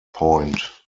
point